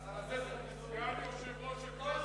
אתם חסרי בושה.